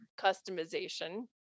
customization